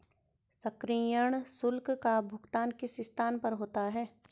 सक्रियण शुल्क का भुगतान किस स्थान पर होता है?